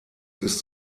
ist